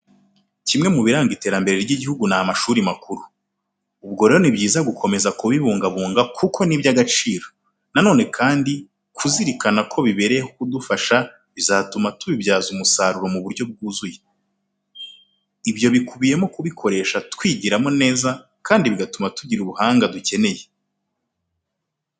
Kimwe mu biranga iterambere ry'igihugu ni amashuri makuru. Ubwo rero ni byiza gukomeza kubibungabunga kuko ni iby'agaciro. Na none kandi kuzirikana ko bibereyeho kudufasha bizatuma tubibyaza umusaruro mu buryo bwuzuye. Ibyo bikubiyemo kubikoresha twigiramo neza kandi bigatuma tugira ubuhanga dukeneye.